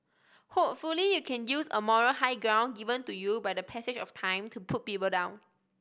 hopefully you can use a moral high ground given to you by the passage of time to put people down